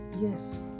yes